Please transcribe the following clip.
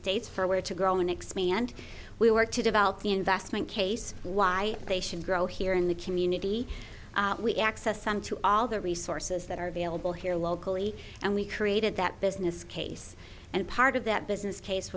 states for where to grow and expand we work to develop the investment case why they should grow here in the community we access them to all the resources that are available here locally and we created that business case and part of that business case